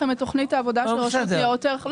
תוכנית העבודה של הרשות לניירות ערך.